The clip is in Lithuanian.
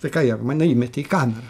tai ką jie mane įmetė į kamerą